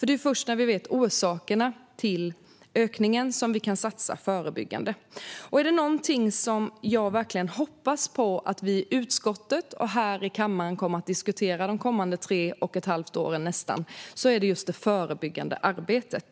Det är först när vi vet orsakerna till ökningen som vi kan satsa förebyggande. Och om det är något som jag verkligen hoppas att vi kommer att diskutera i utskottet och här i kammaren de kommande nästan tre och ett halvt åren är det just det förebyggande arbetet.